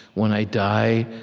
when i die,